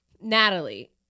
Natalie